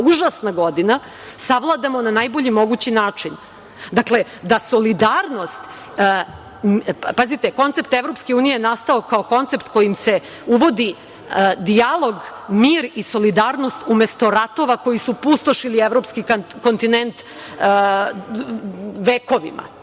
užasna godina, savladamo na najbolji mogući način. Pazite, koncept EU je nastao kao koncept kojim se uvodi dijalog mira i solidarnosti umesto ratova koji su pustošili evropski kontinent vekovima.